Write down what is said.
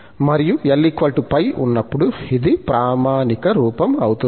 మరియు L π ఉన్నప్పుడు ఇది ప్రామాణిక రూపం అవుతుంది